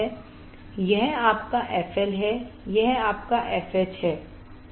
यह आपका fL है यह आपका fH हैसही